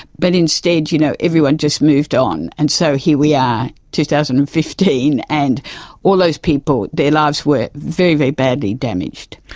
but instead you know everyone just moved on, and so here we are in two thousand and fifteen, and all those people, their lives were very, very badly damaged.